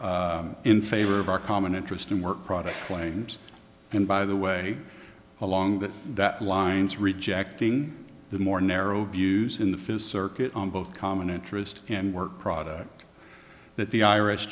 in favor of our common interest in work product claims and by the way along that lines rejecting the more narrow views in the fist circuit on both common interest and work product that the irish